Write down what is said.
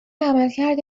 عملکرد